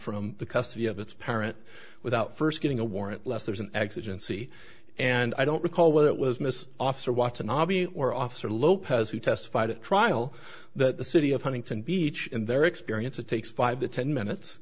from the custody of its parent without first getting a warrant less there's an accident see and i don't recall whether it was miss officer watson abhi or officer lopez who testified at trial that the city of huntington beach in their experience it takes five to ten minutes